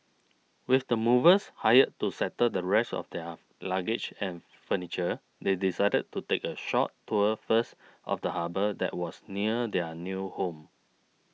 with the movers hired to settle the rest of their luggage and furniture they decided to take a short tour first of the harbour that was near their new home